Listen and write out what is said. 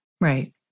Right